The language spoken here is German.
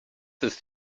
ist